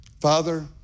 Father